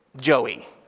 Joey